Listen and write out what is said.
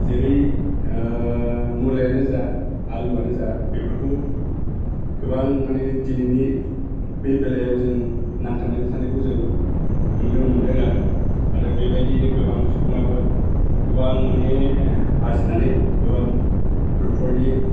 जेरै ओ मुलायानो जा आलुआनो जा बेफोरखौ गोबां माने दिनैनि बेलायाव जों नांथाबनानै थानायखौबो जों नुनो मोनदों आरो आरो बेबायदिनो गोबां सुबुङाबो गोबां माने आरजिनानै गोबां न'खरनि